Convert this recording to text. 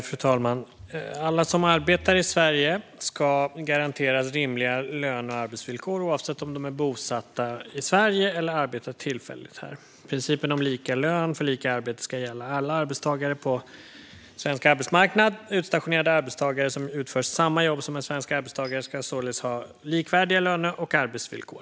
Fru talman! Alla som arbetar i Sverige ska garanteras rimliga löne och arbetsvillkor, oavsett om de är bosatta i Sverige eller tillfälligt arbetar här. Principen om lika lön för lika arbete ska gälla alla arbetstagare på den svenska arbetsmarknaden. Utstationerade arbetstagare som utför samma jobb som en svensk arbetstagare ska således ha likvärdiga löne och arbetsvillkor.